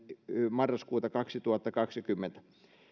yhdettätoista kaksituhattakaksikymmentä